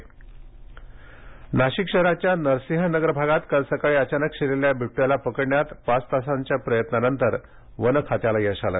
नाशिक बिबट्या नाशिक शहराच्या नरसिंह नगर भागात काल सकाळी अचानक शिरलेल्या बिबट्याला पकडण्यात पाच तासांच्या प्रयत्नानंतर वन खात्याला यश आलं